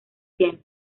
tiene